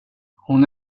hon